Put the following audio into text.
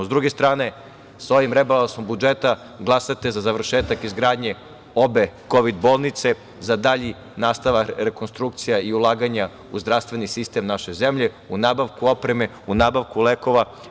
Sa druge strane, sa ovim rebalansom budžeta glasate za završetak izgradnje obe kovid bolnice, za dalji nastavak rekonstrukcija i ulaganja u zdravstveni sistem naše zemlje, u nabavku opreme, u nabavku lekova.